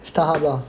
Starhub lah